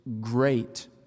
Great